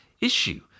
issue